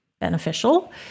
beneficial